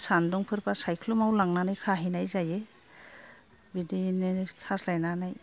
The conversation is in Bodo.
सान्दुंफोरबा सायख्लुमाव लांनानै खाहैनाय जायो बिदिनो खास्लायनानै